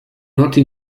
noti